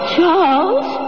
Charles